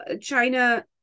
China